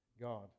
God